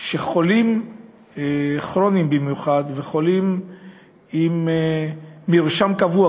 שחולים כרוניים במיוחד וחולים עם מרשם קבוע,